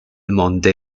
monte